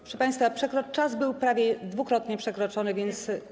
Proszę państwa, czas był prawie dwukrotnie przekroczony, więc.